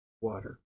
water